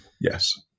Yes